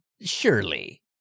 Surely